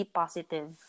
positive